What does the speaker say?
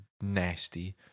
nasty